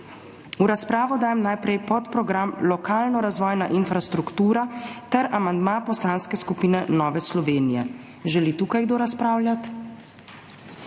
V razpravo dajem najprej podprogram Lokalno razvojna infrastruktura ter amandma Poslanske skupine Nova Slovenija. Želi tukaj kdo razpravljati?